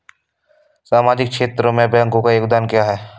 सामाजिक क्षेत्र में बैंकों का योगदान क्या है?